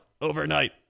Overnight